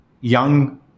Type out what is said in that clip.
young